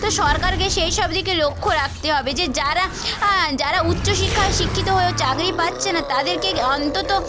তো সরকারকে সেই সব দিকে লক্ষ রাখতে হবে যে যারা আ যারা উচ্চ শিক্ষায় শিক্ষিত হয়েও চাকরি পাচ্ছে না তাদেরকে অন্তত